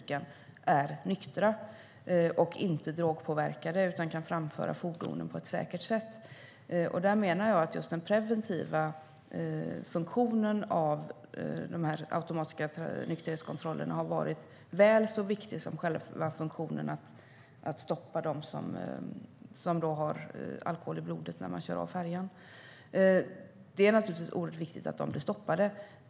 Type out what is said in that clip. Det gäller både tung och lätt trafik, men självklart gäller det i synnerhet den tunga trafiken. Där menar jag att just den preventiva funktionen med dessa automatiska nykterhetskontroller har varit väl så viktig som själva funktionen att stoppa dem som har alkohol i blodet när de kör av färjan. Det är naturligtvis oerhört viktigt att de blir stoppade.